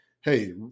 hey